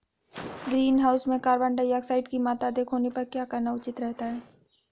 Greenhouse में carbon dioxide की मात्रा अधिक होने पर क्या करना उचित रहता है?